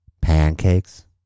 Pancakes